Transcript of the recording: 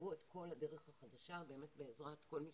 תקצבו את כל הדרך החדשה בעזרת כל מי